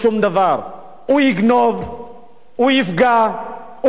הוא יפגע, הוא ייקח בכוח כי הוא רוצה לשרוד.